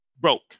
broke